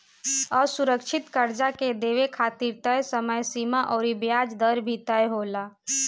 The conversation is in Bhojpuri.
असुरक्षित कर्जा के देवे खातिर तय समय सीमा अउर ब्याज दर भी तय होला